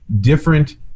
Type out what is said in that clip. different